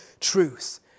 truth